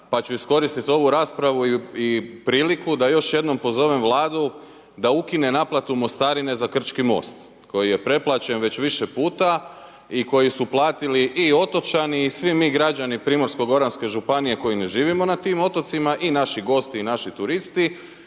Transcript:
pa ću iskoristit ovu raspravu i priliku da još jednom pozovem vladu da ukine naplatu mostarine za Krčki most koji je preplaćen već više puta i koji su platili i otočani i svi mi građani primorsko-goranske županije koji ne živimo na tim otocima i naši gosti i naši turisti